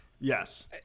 Yes